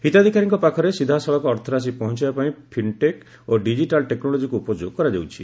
ହିତାଧିକାରୀଙ୍କ ପାଖରେ ସିଧାସଳଖ ଅର୍ଥରାଶି ପହଞ୍ଚାଇବା ପାଇଁ ଫିନ୍ଟେକ୍ ଓ ଡିକିଟାଲ୍ ଟେକ୍ନୋଲୋଜିକୁ ଉପଯୋଗ କରାଯାଉଛି